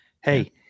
Hey